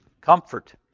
Comfort